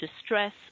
distress